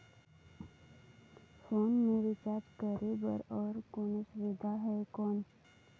Phone मे recharge करे बर और कोनो सुविधा है कौन?